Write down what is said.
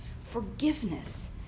Forgiveness